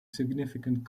significant